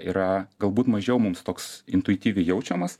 yra galbūt mažiau mums toks intuityviai jaučiamas